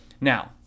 Now